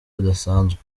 budasanzwe